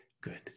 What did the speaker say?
good